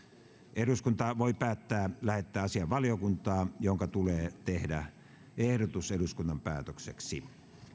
eduskunta voi päättää lähettää asian valiokuntaan jonka tulee tehdä ehdotus eduskunnan päätökseksi